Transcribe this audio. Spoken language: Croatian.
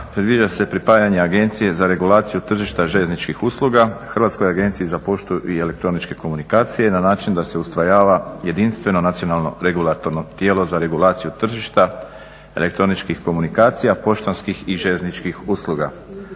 predviđa se pripajanje Agencije za regulaciju tržišta željezničkih usluga Hrvatskoj agenciji za poštu i elektroničke komunikacije na način da se usvajava jedinstveno nacionalno regulatorno tijelo za regulaciju tržišta elektroničkih komunikacija poštanskih i željezničkih usluga.